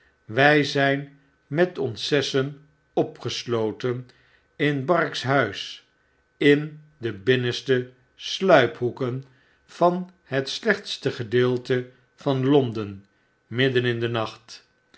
wy zyn met ons lessen opgesloten in bark's huis in de binnenste sluiphoeken van het slechtste gedeelte vanlonden midden in den nacht